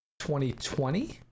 2020